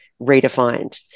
redefined